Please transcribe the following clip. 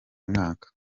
mwaka